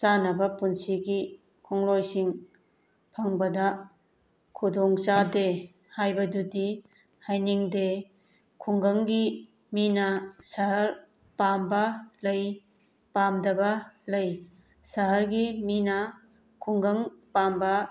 ꯆꯥꯟꯅꯕ ꯄꯨꯟꯁꯤꯒꯤ ꯈꯣꯡꯂꯣꯏꯁꯤꯡ ꯐꯪꯕꯗ ꯈꯨꯗꯣꯡ ꯆꯥꯗꯦ ꯍꯥꯕꯗꯨꯗꯤ ꯍꯥꯏꯅꯤꯡꯗꯦ ꯈꯨꯡꯒꯪꯒꯤ ꯃꯤꯅ ꯁꯍꯔ ꯄꯥꯝꯕ ꯂꯩ ꯄꯥꯝꯗꯕ ꯂꯩ ꯁꯍꯔꯒꯤ ꯃꯤꯅ ꯈꯨꯡꯒꯪ ꯄꯥꯝꯕ